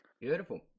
Beautiful